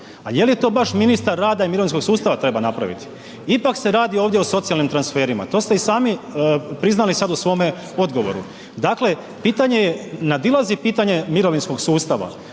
je li to baš ministar rada i mirovinskog sustava treba napraviti? Ipak se radi ovdje o socijalnim transferima, to ste i sami priznali sad u svome odgovoru. Dakle, pitanje nadilazi pitanje mirovinskog sustava